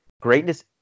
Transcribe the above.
Greatness